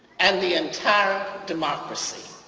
and the entire democracy.